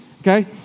okay